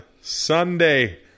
Sunday